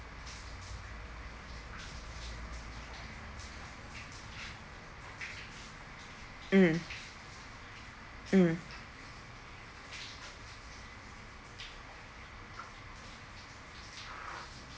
mm mm